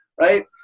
right